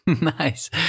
Nice